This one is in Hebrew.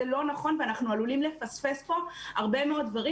זה לא נכון ואנחנו עלולים לפספס פה הרבה מאוד דברים,